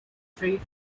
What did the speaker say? three